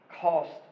cost